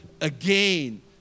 again